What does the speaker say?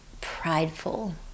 prideful